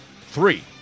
Three